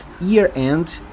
year-end